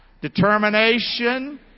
determination